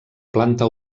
planta